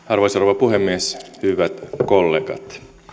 arvoisa rouva puhemies hyvät kollegat